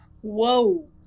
Whoa